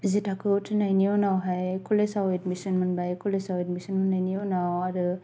जि थाखो उथ्रिनायनि उनावहाय कलेजाव एडमिसन मोनबाय कलेजाव एडमिसन मोन्नायनि उनाव आरो